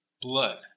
Blood